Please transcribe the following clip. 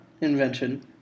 invention